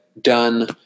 done